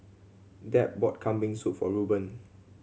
Deb bought Kambing Soup for Rueben